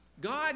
God